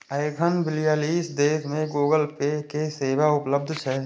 एखन बियालीस देश मे गूगल पे के सेवा उपलब्ध छै